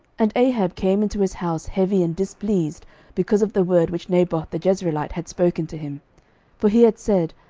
and ahab came into his house heavy and displeased because of the word which naboth the jezreelite had spoken to him for he had said,